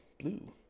blue